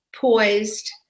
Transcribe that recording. Poised